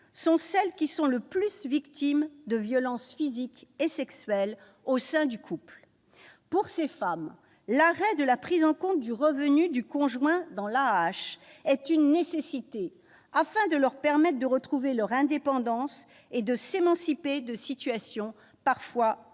sont celles qui sont le plus victimes de violences physiques et sexuelles au sein du couple. Pour ces femmes, l'arrêt de la prise en compte du revenu du conjoint dans l'AAH est une nécessité afin qu'elles puissent retrouver leur indépendance et s'émanciper de situations parfois destructrices.